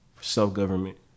self-government